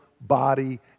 Body